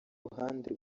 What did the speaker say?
ruhande